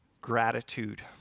gratitude